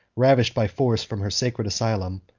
ravished by force from her sacred asylum,